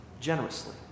generously